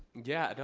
yeah, no,